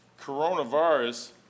coronavirus